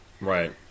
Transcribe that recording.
Right